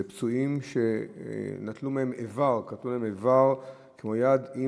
זה פצועים שקטעו מהם איבר כמו יד,